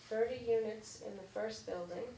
thirty years in the first building